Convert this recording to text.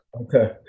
Okay